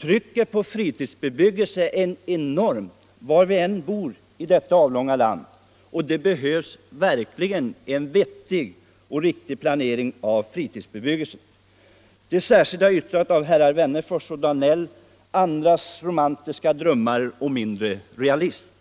Trycket på fritidsbebyggelsen är enormt var vi än bor i vårt långa land, och det behövs verkligen en vettig planering av fritidsbebyggelsen. Det särskilda yttrandet nr 2 av herrar Wennerfors och Danell vid betänkandet nr 1 andas romantiska drömmar och mindre realism.